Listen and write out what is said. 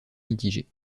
mitigé